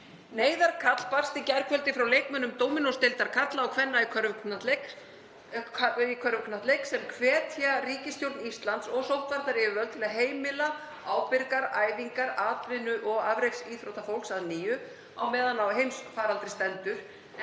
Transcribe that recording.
Neyðarkall barst í gærkvöldi frá leikmönnum Dominos-deildar karla og kvenna í körfuknattleik sem hvetja ríkisstjórn Íslands og sóttvarnayfirvöld til að heimila ábyrgar æfingar atvinnu- og afreksíþróttafólks að nýju meðan á heimsfaraldri stendur,